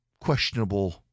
questionable